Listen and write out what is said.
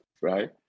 right